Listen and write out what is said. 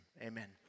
amen